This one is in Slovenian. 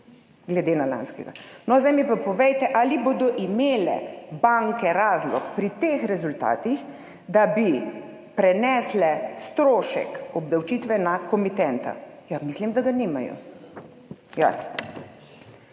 glede na lanskega. No, zdaj mi pa povejte, ali bodo imele banke pri teh rezultatih razlog, da bi prenesle strošek obdavčitve na komitenta. Ja, mislim, da ga nimajo.